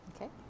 Okay